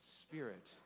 spirit